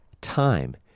time